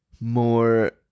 more